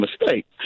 mistake